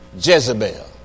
Jezebel